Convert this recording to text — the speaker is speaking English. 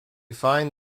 find